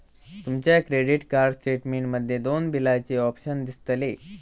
तुमच्या credit card statement मध्ये दोन बिलाचे ऑप्शन दिसतले